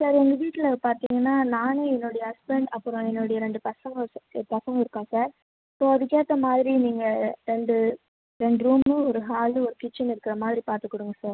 sir எங்கள் வீட்டில் பார்த்தீங்கன்னா நானு என்னுடைய ஹஸ்பண்ட் அப்புறம் என்னுடைய ரெண்டு பசங்க பசங்க இருக்கோம் சார் ஸோ அதுக்கேற்ற மாதிரி நீங்கள் ரெண்டு ரெண்டு ரூமு ஒரு ஹாலு ஒரு கிச்சன் இருக்குற மாதிரி பார்த்து கொடுங்க சார்